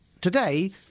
today